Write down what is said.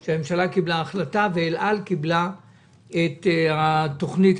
התבשרנו שהממשלה קיבלה החלטה ואל-על קיבלה את התכנית,